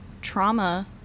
trauma